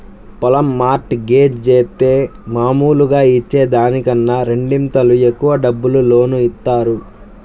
పొలం mortgage జేత్తే మాములుగా ఇచ్చే దానికన్నా రెండింతలు ఎక్కువ డబ్బులు లోను ఇత్తారు